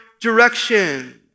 direction